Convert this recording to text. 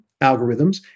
algorithms